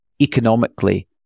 economically